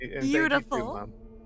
Beautiful